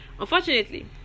Unfortunately